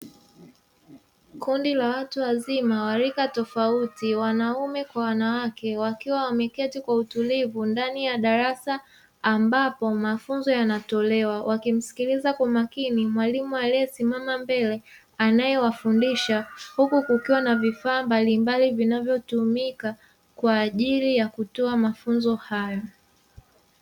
Kundi la watu wazima wa rika tofauti, wanaume kwa wanawake, wakiwa wameketi kwa utulivu ndani ya darasa, ambapo mafunzo yanatolewa. Wakimsikiliza kwa makini mwalimu aliyesimama mbele, anayewafundisha; huku kukiwa na vifaa mbalimbali vinavyotumika kwa ajili ya kutoa mafunzo hayo.